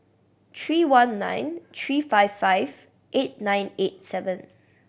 three one nine three five five eight nine eight seven